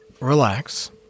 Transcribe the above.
relax